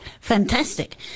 Fantastic